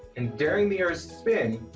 and during the earth's spin,